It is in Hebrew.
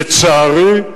לצערי,